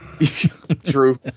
True